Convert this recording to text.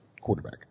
quarterback